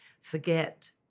forget